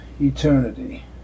eternity